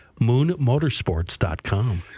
moonmotorsports.com